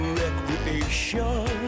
recreation